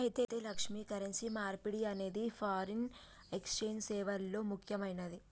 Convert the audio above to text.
అయితే లక్ష్మి, కరెన్సీ మార్పిడి అనేది ఫారిన్ ఎక్సెంజ్ సేవల్లో ముక్యమైనది